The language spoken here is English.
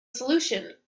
solution